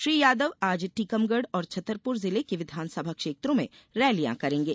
श्री यादव आज टीकमगढ़ और छतरपुर जिले के विधानसभा क्षेत्रों में रैलियां करेंगे